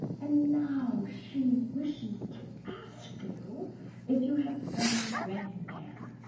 and now she wishes to ask you if you have ever been there,